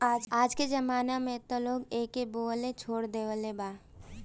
आजके जमाना में त लोग एके बोअ लेछोड़ देले बा